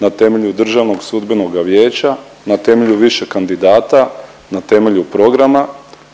na temelju Državnoga sudbenoga vijeća, na temelju više kandidata, na temelju programa,